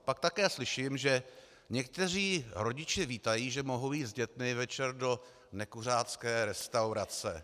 Pak také slyším, že někteří rodiče vítají, že mohou jít s dětmi večer do nekuřácké restaurace.